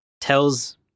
tells